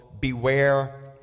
beware